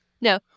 no